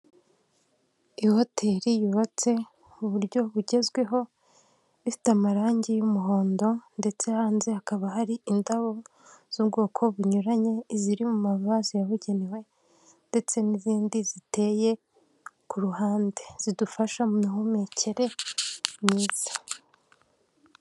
Ihoteli yubatse mu buryo bugezweho, ifite amarangi y'umuhondo ndetse hanze hakaba hari indabo z'ubwoko bunyuranye, iziri mu mavase yabugenewe ndetse n'izindi ziteye ku ruhande zidufasha mu mihumekere myiza.